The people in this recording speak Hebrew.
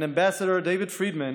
ולשגריר דייוויד פרידמן,